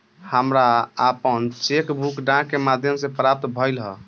हमरा आपन cheque book डाक के माध्यम से प्राप्त भइल ह